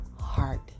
heart